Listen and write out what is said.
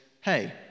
hey